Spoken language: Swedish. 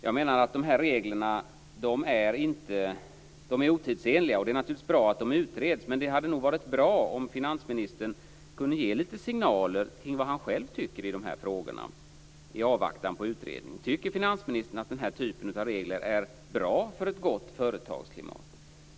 Jag menar att dessa regler är otidsenliga. Det är naturligtvis bra att de utreds, men det skulle vara bra om finansministern kunde ge lite signaler om vad han själv tycker i dessa frågor i avvaktan på utredning. Tycker finansministern att den här typen av regler är bra för ett gott företagsklimat?